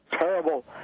terrible